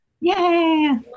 Yay